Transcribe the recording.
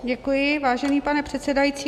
Děkuji, vážený pane předsedající.